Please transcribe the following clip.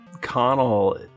Connell